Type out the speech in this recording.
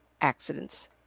accidents